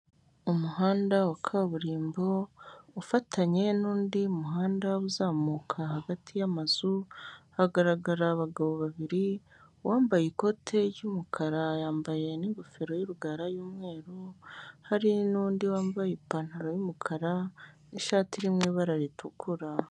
Umuhanda wa kaburimbo ufatanye n'undi muhanda uzamuka hagati y'amazu hagaragara abagabo babiri wambaye ikote ry'umukara yambaye n'ingofero y'urugara y'umweru, hari n'undi wambaye ipantaro y'umukara n'ishati irimo ibara ritukura.